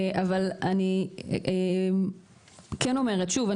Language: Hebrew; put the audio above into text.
אבל אני כן אומרת שוב,